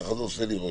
ככה זה עושה לי רושם.